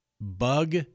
bug